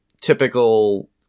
typical